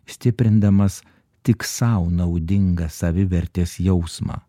stiprindamas tik sau naudingą savivertės jausmą